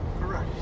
Correct